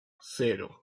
cero